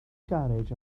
garej